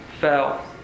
fell